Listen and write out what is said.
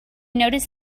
noticed